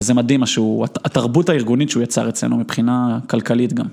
זה מדהים מה שהוא, התרבות הארגונית שהוא יצר אצלנו מבחינה כלכלית גם.